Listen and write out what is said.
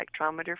spectrometer